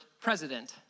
president